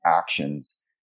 actions